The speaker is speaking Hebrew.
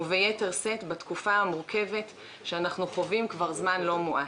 וביתר שאת בתקופה מורכבת כמו שאנו חווים כבר זמן לא מועט,